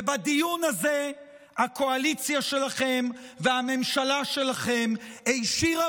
ובדיון הזה הקואליציה שלכם והממשלה שלכם הישירה